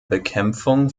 bekämpfung